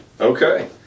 Okay